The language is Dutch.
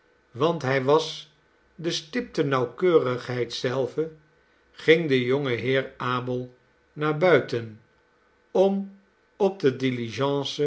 want hij was de stipte nauwkeurigheid zelve ging de jonge heer abel naar buiten om op de